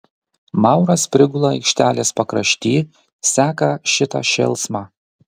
mauras prigula aikštelės pakrašty seka šitą šėlsmą